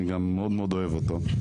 אני גם מאוד-מאוד אוהב אותו,